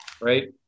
right